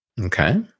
Okay